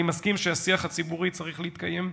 אני מסכים שהשיח הציבורי צריך להתקיים,